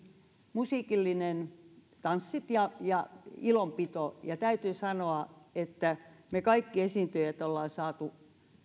musiikillinen tanssihetki tanssia ja ja ilonpitoa ja täytyy sanoa että me kaikki esiintyjät olemme saaneet